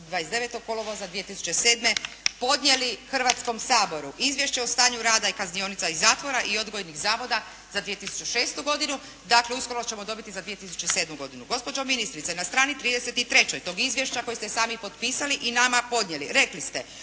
29. kolovoza 2007. podnijeli Hrvatskom saboru Izvješće o stanju rada kaznionica i zatvora i odgojnih zavoda za 2006. godinu. Dakle, uskoro ćemo dobiti za 2007. godinu. Gospođo ministrice, na strani 33. tog izvješća koje ste sami potpisali i nama podnijeli rekli ste: